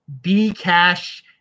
Bcash